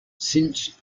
since